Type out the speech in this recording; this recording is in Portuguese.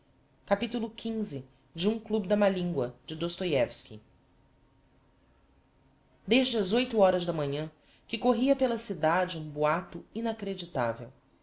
sempre aos pares xv desde as oito horas da manhã que corria pela cidade um boato inacreditavel